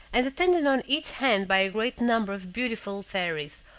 and attended on each hand by a great number of beautiful fairies,